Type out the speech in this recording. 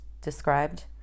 described